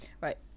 Right